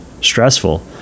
stressful